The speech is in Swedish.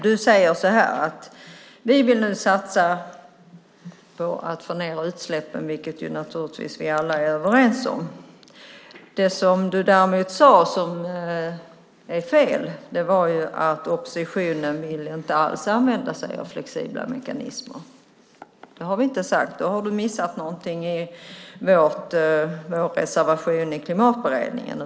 Du säger att ni nu vill satsa på att få ned utsläppen, något som vi naturligtvis alla är överens om. Det som du däremot sade som är fel är att oppositionen inte alls vill använda sig av flexibla mekanismer. Det har vi inte sagt. Då har du missat någonting i vår reservation i Klimatberedningen.